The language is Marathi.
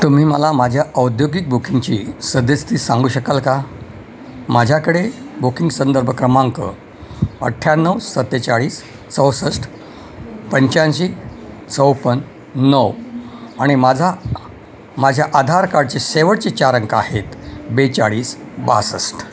तुम्ही मला माझ्या औद्योगिक बुकिंगची सद्यस्थी सांगू शकाल का माझ्याकडे बुकिंग संदर्भ क्रमांक अठ्ठ्याण्णव सत्तेचाळीस चौसष्ट पंचाऐंशी चौपन नऊ आणि माझा आ माझ्या आधार कार्डचे शेवटचे चार अंक आहेत बेचाळीस बासष्ट